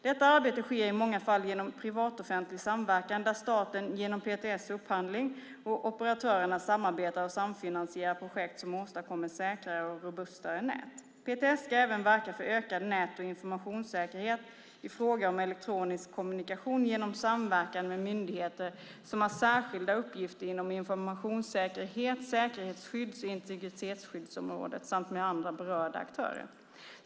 Detta arbete sker i många fall genom privat-offentlig samverkan, där staten genom PTS upphandling och operatörerna samarbetar och samfinansierar projekt som åstadkommer säkrare och robustare nät. PTS ska även verka för ökad nät och informationssäkerhet i fråga om elektronisk kommunikation, genom samverkan med myndigheter som har särskilda uppgifter inom informationssäkerhets-, säkerhetsskydds och integritetsskyddsområdet samt med andra berörda aktörer.